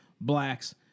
blacks